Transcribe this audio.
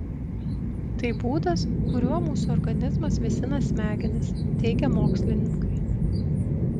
tai būdas kuriuo mūsų organizmas vėsina smegenis teigia mokslininkai